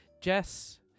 Jess